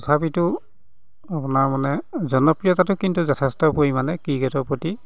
তথাপিতো আপোনাৰ মানে জনপ্ৰিয়তাটো কিন্তু যথেষ্ট পৰিমাণে ক্ৰিকেটৰ প্ৰতি